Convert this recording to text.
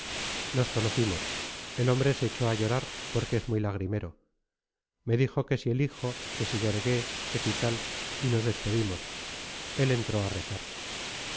nos conocimos el hombre se echó a llorar porque es muy lagrimero me dijo que si el hijo que si guergué que si tal y nos despedimos él entró a rezar